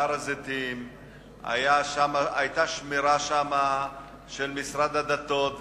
בהר-הזיתים היתה שמירה של משרד הדתות,